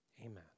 Amen